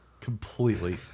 Completely